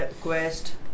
Quest